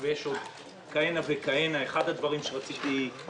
ברוכים הבאים,